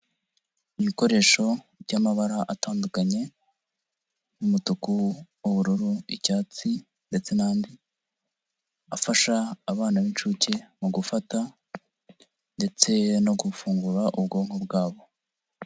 Ibikoresho by'amabara atandukanye, umutuku, ubururu, icyatsi ndetse n'andi afasha abana b'inshuke mu gufata ndetse no gufungura ubwonko bwabo.